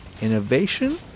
innovation